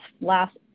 last